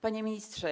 Panie Ministrze!